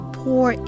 pour